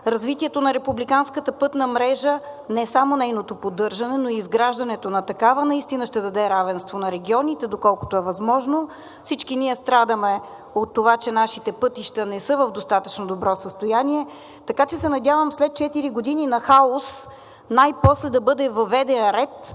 Развитието на републиканската пътна мрежа, не само нейното поддържане, но и изграждането на такава, наистина ще даде равенство на регионите, доколкото е възможно. Всички ние страдаме от това, че нашите пътища не са в достатъчно добро състояние, така че се надявам след четири години на хаос най-после да бъде въведен ред